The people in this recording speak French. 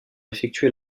effectué